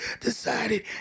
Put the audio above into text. decided